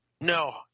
No